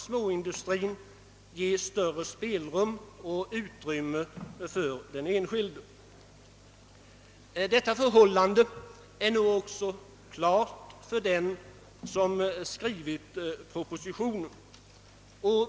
Småindustrin kan i detta avseende ge större spelrum för den enskilde. Detta förhållande står väl också klart för den som skrivit propositionen.